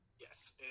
Yes